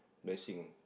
dashing